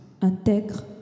Intègre